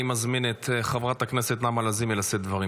אני מזמין את חברת הכנסת נעמה לזימי לשאת דברים,